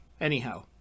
anyhow